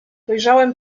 wyjrzałem